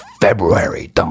February